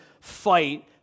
fight